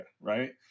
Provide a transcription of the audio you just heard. right